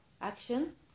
action